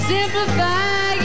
Simplify